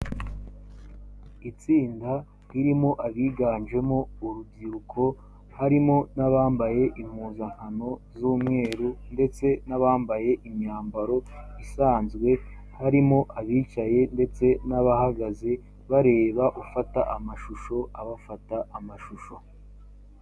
Itsinda ririmo abiganjemo urubyiruko harimo n'abambaye impuzankano z'umweru ndetse n'abambaye imyambaro isanzwe, harimo abicaye ndetse n'abahagaze bareba ufata amashusho abafata amashusho.